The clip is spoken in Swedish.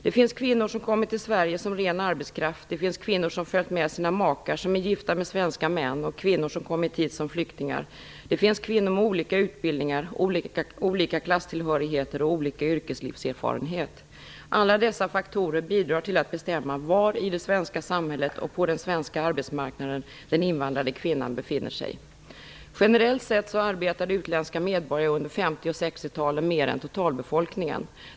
Det finns kvinnor som kommit till Sverige som ren arbetskraft, det finns kvinnor som följt med sina makar, som är gifta med svenska män och kvinnor som kommit hit som flyktingar. Det finns kvinnor med olika utbildningar, olika klasstillhörighet och olika yrkeslivserfarenhet. Alla dessa faktorer bidrar till att bestämma var i det svenska samhället och var på den svenska arbetsmarknaden den invandrade kvinnan befinner sig. Generellt sett arbetade utländska medborgare under 50 och 60-talen mer än totalbefolkningen.